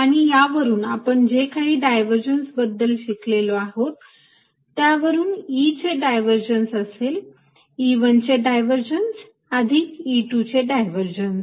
आणि यावरून आपण जे काही डायव्हर्जन्स बद्दल शिकलेलो आहोत त्यावरून E चे डायव्हर्जन्स असेल E1 चे डायव्हर्जन्स अधिक E2 चे डायव्हर्जन्स